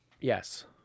Yes